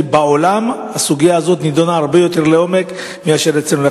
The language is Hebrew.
כי בעולם הסוגיה הזאת נדונה הרבה יותר לעומק מאשר אצלנו.